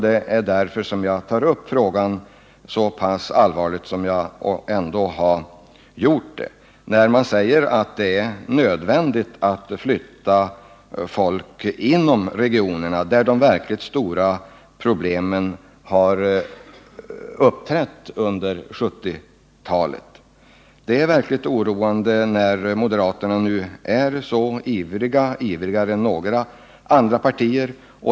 Det är därför som jag har tagit upp frågan på ett så allvarligt sätt. Moderaterna säger att det är nödvändigt att flytta folk inom regionerna. De verkligt stora balansproblemen har uppträtt just där under 1970-talet. Det är oroande att moderaterna nu är så ivriga på den punkten, ivrigare än något annat parti.